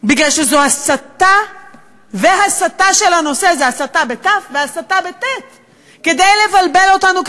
מפני שזו הסתה והסטה של הנושא כדי לבלבל אותנו,